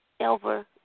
Elver